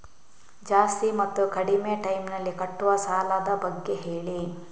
ಜಾಸ್ತಿ ಮತ್ತು ಕಡಿಮೆ ಟೈಮ್ ನಲ್ಲಿ ಕಟ್ಟುವ ಸಾಲದ ಬಗ್ಗೆ ಹೇಳಿ